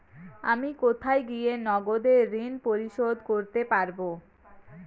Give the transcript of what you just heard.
আমি কোথায় গিয়ে নগদে ঋন পরিশোধ করতে পারবো?